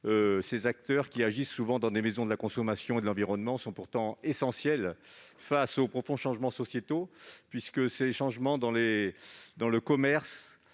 ces acteurs, qui agissent souvent dans des maisons de la consommation et de l'environnement, sont essentiels face aux profonds changements sociétaux qui touchent le commerce